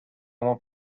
won’t